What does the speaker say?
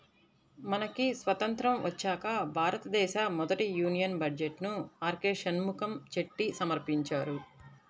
మనకి స్వతంత్రం వచ్చాక భారతదేశ మొదటి యూనియన్ బడ్జెట్ను ఆర్కె షణ్ముఖం చెట్టి సమర్పించారు